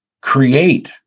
Create